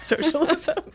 socialism